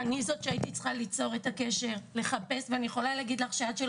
אני זאת שהייתי צריכה ליצור את הקשר ועד שלא